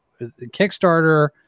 Kickstarter